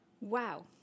Wow